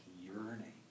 yearning